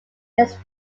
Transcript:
its